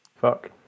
Fuck